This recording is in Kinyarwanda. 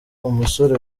umusore